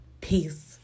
Peace